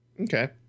Okay